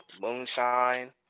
moonshine